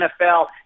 NFL